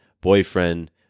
boyfriend